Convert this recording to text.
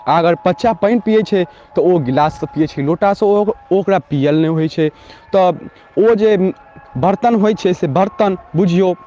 अगर बच्चा पानि पीयै छै तऽ ओ गिलाससँ पीयै छै लोटासँ ओकरा पीअल नहि होइ छै तऽ ओ जे बर्तन होइ छै से बर्तन बुझियौ